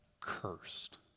cursed